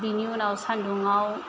बिनि उनाव सानदुंआव